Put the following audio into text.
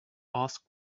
asked